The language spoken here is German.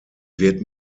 wird